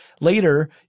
Later